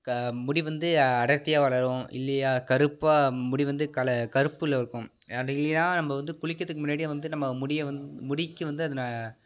க முடி வந்து அடர்த்தியாக வளரும் இல்லையா கறுப்பாக முடி வந்து கல கறுப்பில் இருக்கும் அப்படி இல்லையா நம்ம வந்து குளிக்கிறதுக்கு முன்னாடியே வந்து நம்ம முடிய வந் முடிக்கு வந்து அதுன